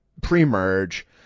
pre-merge